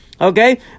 Okay